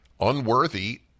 unworthy